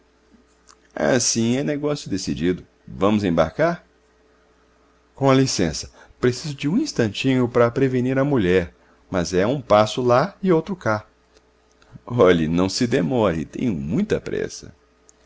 entende assim é negócio decidido vamos embarcar com licença preciso de um instantinho para prevenir a mulher mas é um passo lá e outro cá olhe não se demore tenho muita pressa